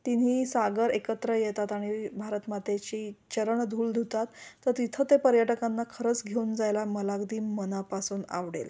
तिन्ही सागर एकत्र येतात आणि भारत मातेची चरण धूल धुतात तर तिथं तर पर्यटकांना खरंच घेऊन जायला मला अगदी मनापासून आवडेल